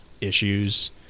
issues